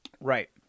Right